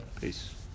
Peace